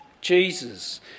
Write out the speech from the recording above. Jesus